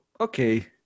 okay